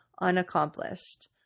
unaccomplished